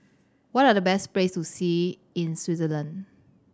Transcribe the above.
what are the best places to see in Swaziland